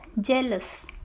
jealous